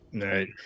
Right